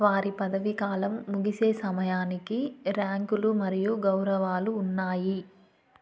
వారి పదవీకాలం ముగిసే సమయానికి ర్యాంకులు మరియు గౌరవాలు ఉన్నాయి